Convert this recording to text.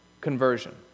conversion